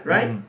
Right